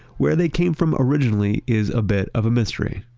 where they came from originally is a bit of a mystery,